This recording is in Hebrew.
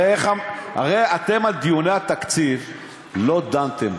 הרי אתם, על דיוני התקציב לא דנתם,